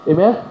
Amen